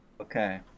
okay